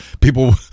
people